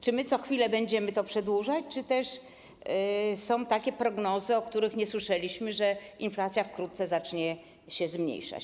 Czy co chwilę będziemy to przedłużać, czy też są takie prognozy, o których nie słyszeliśmy, że inflacja wkrótce zacznie się zmniejszać?